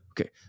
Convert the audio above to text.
Okay